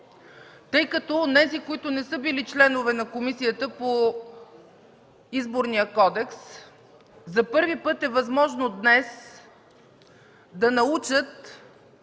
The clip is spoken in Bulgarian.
тъй като онези, които не са били членове на Комисията по Изборния кодекс, днес за първи път е възможно да научат,